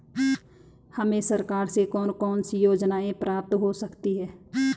हमें सरकार से कौन कौनसी योजनाएँ प्राप्त हो सकती हैं?